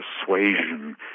persuasion